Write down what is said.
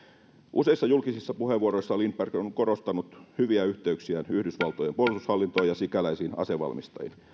useissa julkisissa puheenvuoroissaan lindberg on korostanut hyviä yhteyksiään yhdysvaltojen puolustushallintoon ja sikäläisiin asevalmistajiin